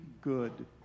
good